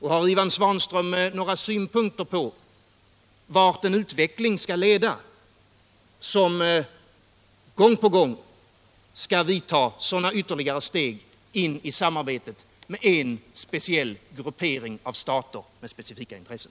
Har Ivan Svanström några synpunkter på vart utvecklingen kommer att leda, om man gång på gång skall ta sådana ytterligare steg in i samarbetet med en speciell gruppering av stater med specifika intressen?